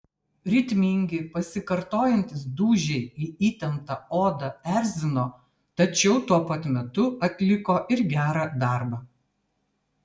ritmingi pasikartojantys dūžiai į įtemptą odą erzino tačiau tuo pat metu atliko ir gerą darbą